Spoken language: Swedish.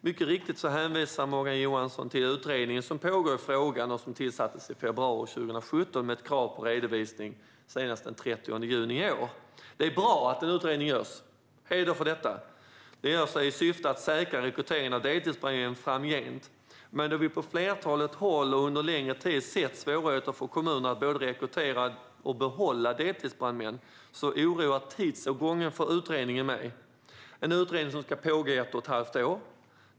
Mycket riktigt hänvisar Morgan Johansson till den utredning som pågår i frågan och som tillsattes i februari 2017 med ett krav på redovisning senast den 30 juni i år. Det är bra att en utredning görs. Heder för detta. Den görs i syfte att säkra rekryteringen av deltidsbrandmän framgent. Men då vi på flertalet håll och under längre tid sett svårigheter för kommunerna att både rekrytera och behålla deltidsbrandmän oroar tidsåtgången för utredningen mig. Utredningen ska pågå i 1 1⁄2 år.